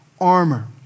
armor